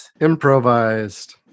Improvised